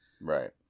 Right